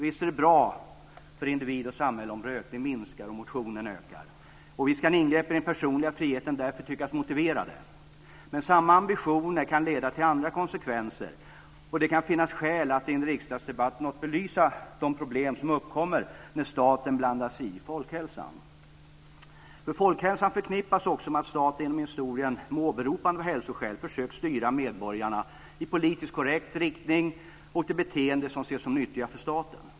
Visst är det bra både för individ och för samhälle om rökningen minskar och motionen ökar. Visst kan ingreppen i den personliga friheten därför tyckas motiverade. Men samma ambitioner kan få helt andra konsekvenser, och det kan finnas skäl att i en riksdagsdebatt något belysa de problem som kan uppkomma i samband med staten blandar sig i folkhälsan. Folkhälsan förknippas också med att staten genom historien med åberopande av hälsoskäl försökt styra medborgarna i politiskt "korrekt" riktning och till beteenden som ses som nyttiga för staten.